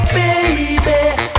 baby